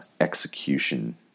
execution